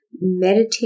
meditate